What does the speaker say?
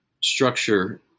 structure